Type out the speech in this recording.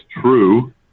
true